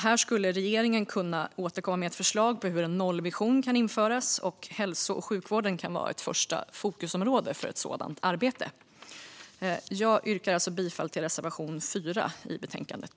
Här skulle regeringen kunna återkomma med ett förslag om hur en nollvision kan införas, och hälso och sjukvården kan vara ett första fokusområde för ett sådant arbete. Jag yrkar bifall till reservation 4 i betänkandet.